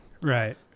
Right